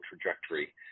trajectory